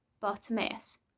Bartimaeus